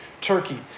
Turkey